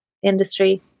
industry